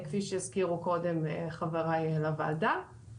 כפי שחבריי לוועדה הזכירו קודם.